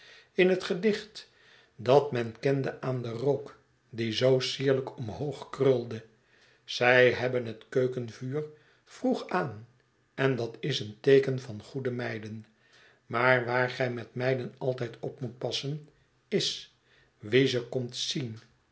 in het gedicht dat men kende aan den rook die zoo sierlijk omhoog krulde zij hebben het keukenvuur vroeg aan en dat is een teeken van goede meiden maar waar gij met meiden altijd op moet passen is wie ze komt zien